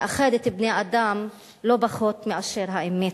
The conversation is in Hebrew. מאחדת בני-אדם לא פחות מאשר האמת.